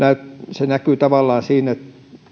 se näkyy tavallaan siinä